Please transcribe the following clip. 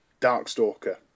Darkstalker